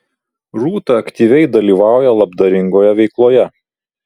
rūta aktyviai dalyvauja labdaringoje veikloje